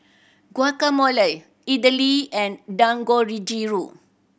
Guacamole Idili and